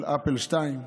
של אפל 2,